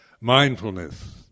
mindfulness